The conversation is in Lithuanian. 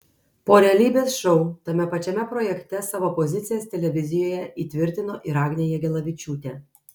po realybės šou tame pačiame projekte savo pozicijas televizijoje įtvirtino ir agnė jagelavičiūtė